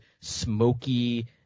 smoky